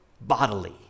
bodily